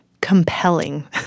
Compelling